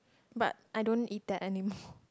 but I don't eat that anymore